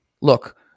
look